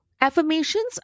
affirmations